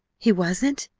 he wasn't!